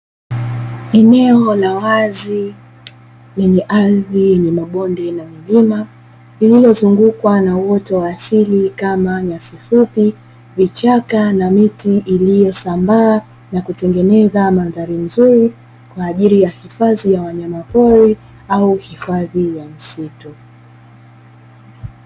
Eneo la wazi lenye ardhi yenye mabonde na milima iliyozungukwa na uoto wa asili kama: nyasi fupi, vichaka na miti; iliyosambaa na kutengeneza mandhari nzuri kwa ajili ya hifadhi ya wanyamapori au hifadhi ya misitu.